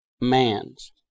man's